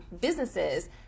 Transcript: businesses